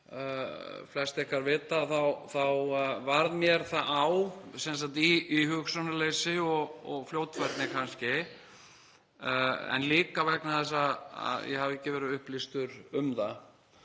flest ykkar vita þá varð mér það á í hugsunarleysi og fljótfærni kannski, en líka vegna þess að ég hafði ekki verið upplýstur um það